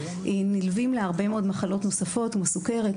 נלוות לה הרבה מאוד מחלות נוספות כמו סוכרת,